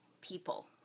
people